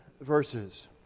verses